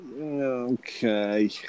Okay